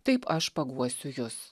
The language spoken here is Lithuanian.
taip aš paguosiu jus